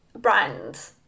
brand